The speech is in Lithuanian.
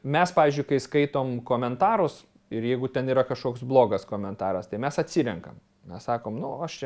mes pavyzdžiui kai skaitom komentarus ir jeigu ten yra kažkoks blogas komentaras tai mes atsirenkam mes sakom nu aš čia